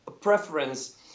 preference